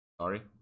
sorry